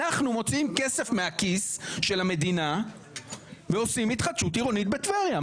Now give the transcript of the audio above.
אנחנו מוציאים כסף מהכיס של המדינה ועושים התחדשות עירונית בטבריה.